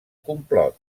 complot